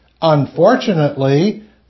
Unfortunately